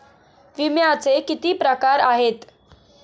विम्याचे किती प्रकार आहेत?